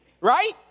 right